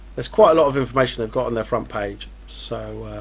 there's quite a lot of information they've got on their front page. so